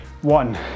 one